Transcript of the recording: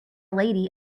lady